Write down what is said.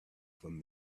from